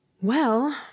Well